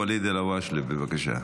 ואליד אלהואשלה, בבקשה.